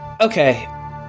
Okay